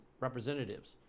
representatives